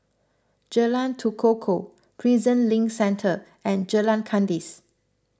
Jalan Tekukor Prison Link Centre and Jalan Kandis